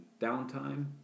Downtime